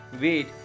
wait